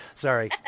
Sorry